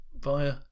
via